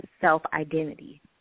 self-identity